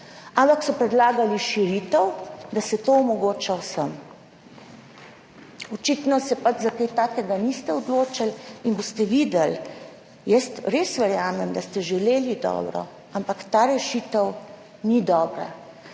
ampak so predlagali širitev, da se to omogoča vsem. Očitno se pač za kaj takega niste odločili. Boste videli. Jaz res verjamem, da ste želeli dobro, ampak ta rešitev ni dobra